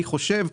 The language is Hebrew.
אני חושב,